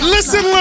Listen